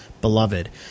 Beloved